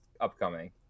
upcoming